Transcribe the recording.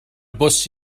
bws